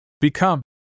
Become